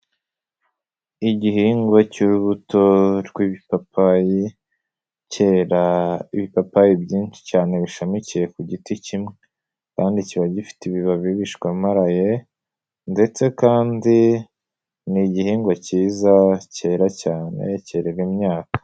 Igihingwa cy'urubuto rw'bipapayi cyera ibipapayi byinshi cyane bishamikiye ku giti kimwe kandi kiba gifite ibibabi bishwamaraye ndetse kandi ni igihingwa cyiza cyera cyane kerera imyaka.